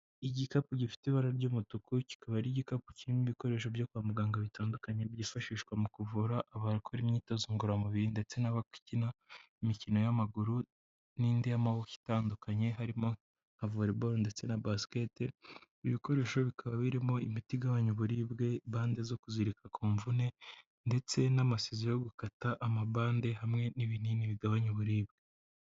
Igikapu gifite ibara ry'umutuku, kikaba ari igikapu kirimo ibikoresho byo kwa muganga bitandukanye byifashishwa mu kuvura abakora imyitozo ngororamubiri ndetse n'abakina, imikino y'amaguru n'indi y'amaboko itandukanye harimo nka volleyball ndetse na basket, ibi bikoresho bikaba birimo imiti igabanya uburibwe, bande zo kuzirika ku mvune ndetse n'amasizo yo gukata amabande hamwe n'ibinini bigabanya uburibwe.